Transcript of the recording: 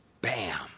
Bam